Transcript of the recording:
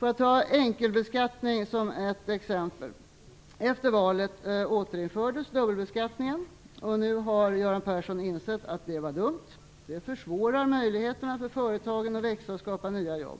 Låt mig ta enkelbeskattningen som ett exempel. Efter valet återinfördes dubbelbeskattningen. Nu har Göran Persson insett att det var dumt och att det försvårar möjligheterna för företagen att växa och skapa nya jobb.